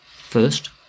First